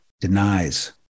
denies